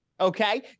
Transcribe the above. Okay